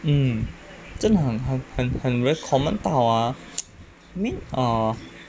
mm 真的很很很很 very common 到啊 I mean err